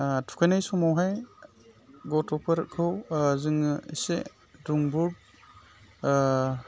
थुखैनाय समावहाय गथ'फोरखौ जोङो एसे दुंबुर